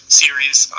series